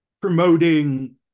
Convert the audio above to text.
promoting